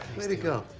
way to go.